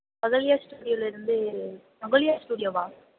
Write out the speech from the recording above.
அகல்யா ஸ்டுடியோலருந்து அகல்யா ஸ்டுடியோவா